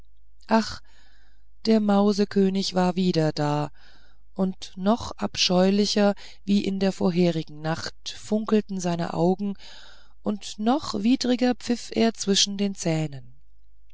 ach der mausekönig war wieder da und noch abscheulicher wie in der vorigen nacht funkelten seine augen und noch widriger pfiff er zwischen den zähnen